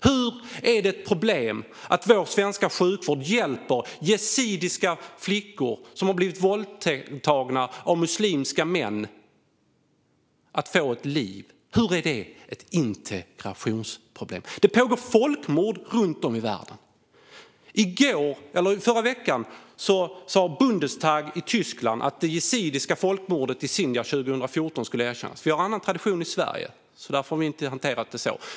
Hur är det ett problem att vår svenska sjukvård hjälper yazidiska flickor som blivit våldtagna av muslimska män att få ett liv? Hur är det ett integrationsproblem? Det pågår folkmord runt om i världen. Förra veckan sa Bundestag i Tyskland att det yazidiska folkmordet i Sinjar 2014 skulle erkännas. Vi har en annan tradition i Sverige. Här får vi inte hantera det så.